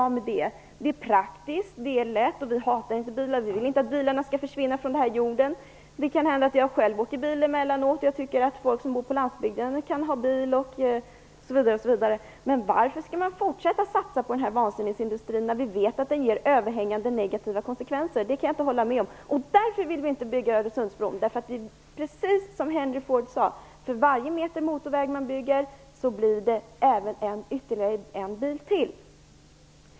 Vi hatar inte bilar. De är praktiska och lätta att använda, och vi vill inte att bilarna skall försvinna från jordens yta. Jag kan själv emellanåt åka bil. Jag tycker att männisior som bor på landsbygden kan ha bil osv. Men varför skall vi fortsätta att satsa på en vansinnesindustri som vi vet har mycket negativa konsekvenser? Det är bakgrunden till att vi inte vill att Öresundsbron skall byggas. Det är precis så som Henry Ford har sagt: För varje meter motorväg som man bygger tillkommer ytterligare en bil.